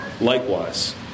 likewise